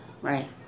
Right